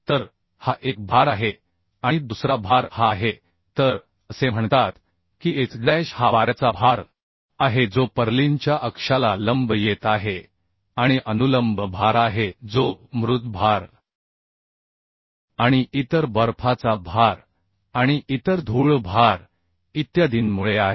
तर हा एक भार आहे आणि दुसरा भार हा आहे तर असे म्हणतात की h डॅश हा वाऱ्याचा भार आहे जो पर्लिनच्या अक्षाला लंब येत आहे आणि अनुलंब भार आहे जो मृत भार आणि इतर बर्फाचा भार आणि इतर धूळ भार इत्यादींमुळे आहे